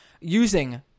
using